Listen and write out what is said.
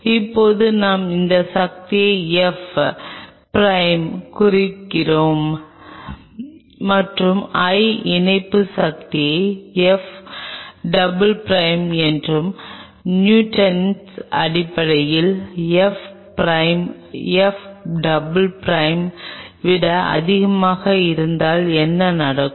இப்போது நான் இந்த சக்தியை F பிரைமுடன் குறிக்கிறேன் மற்றும் I இணைப்பு சக்தியை F டபுள் பிரைம் என்றும் நியூட்டனின் அடிப்படையில் F prime F double prime விட அதிகமாக இருந்தால் என்ன நடக்கும்